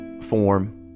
form